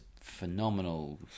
phenomenal